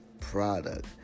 product